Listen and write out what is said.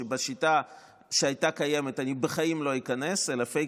שבשיטה שהייתה קיימת אני לא איכנס בחיים